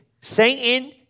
Satan